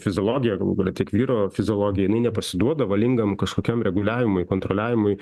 fiziologija galų gale tik vyro fiziologija jinai nepasiduoda valingam kažkokiam reguliavimui kontroliavimui